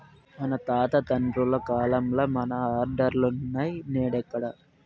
మా తాత తండ్రుల కాలంల మన ఆర్డర్లులున్నై, నేడెక్కడ